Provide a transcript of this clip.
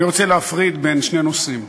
אני רוצה להפריד בין שני נושאים.